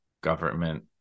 Government